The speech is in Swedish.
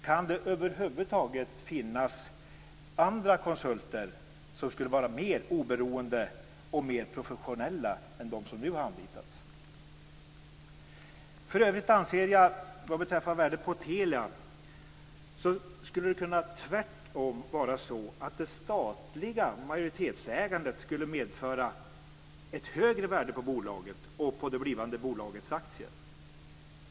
Kan det över huvud taget finnas andra konsulter som skulle vara mer oberoende och mer professionella än de som nu har anlitats? Vad beträffar värdet på Telia skulle det tvärtom kunna vara så att det statliga majoritetsägande medför ett högre värde på bolaget och på det blivande bolagets aktier.